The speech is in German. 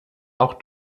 auch